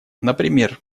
например